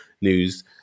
news